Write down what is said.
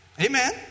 Amen